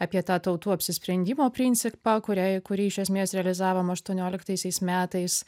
apie tą tautų apsisprendimo principą kurią kurį iš esmės realizavom aštuonioliktaisiais metais